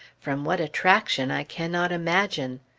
from what attraction i cannot imagine.